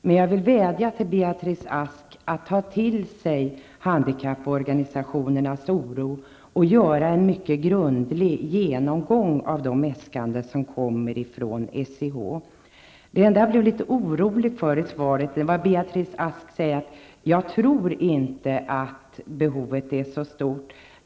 Men jag vädjar till Beatrice Ask att hon skall ta till sig handikapporganisationernas oro och göra en mycket grundlig genomgång av de äskanden som kommer från SIH. Jag blev litet orolig när Beatrice Ask i svaret sade att hon inte tror att behovet är så stort.